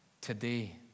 today